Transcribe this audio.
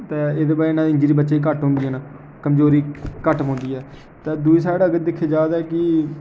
ते ते एह्दी बजह् कन्नै इंजरी बच्चें ई घट्ट होन्दियां न कमज़ोरी घट्ट पौंदी ऐ ते दूई साइड अगर दिक्खेआ जाये ते की